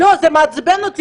לא, זה מעצבן אותי.